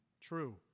true